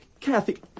Kathy